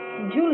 Julie